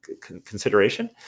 consideration